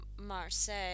Marseille